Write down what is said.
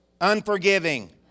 Unforgiving